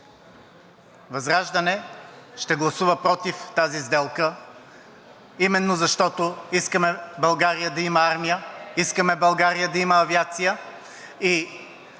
ВЪЗРАЖДАНЕ ще гласува против тази сделка именно защото искаме България да има армия, искаме България да има авиация и